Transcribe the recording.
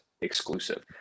exclusive